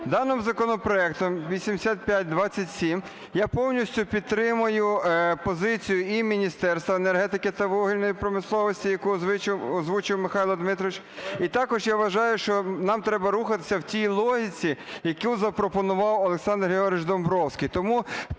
Даним законопроектом 8527 я повністю підтримую позицію і Міністерства енергетики та вугільної промисловості, яку озвучив Михайло Дмитрович, і також я вважаю, що нам треба рухатися в тій логіці, яку запропонував Олександр Георгійович Домбровський.